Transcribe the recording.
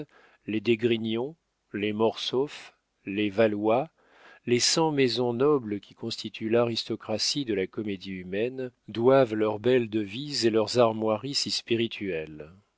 les d'esgrignon les mortsauf les valois les cent maisons nobles qui constituent l'aristocratie de la comédie humaine doivent leurs belles devises et leurs armoiries si spirituelles